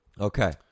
Okay